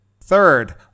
Third